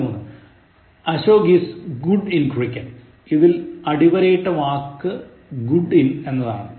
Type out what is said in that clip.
13 Ashok is good in cricket ഇതിൽ അടിവരയിട്ട വാക്ക് good in എന്നതാണ്